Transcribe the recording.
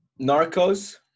Narcos